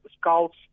scouts